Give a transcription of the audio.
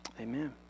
Amen